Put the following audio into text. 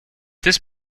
this